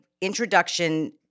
introduction